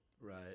Right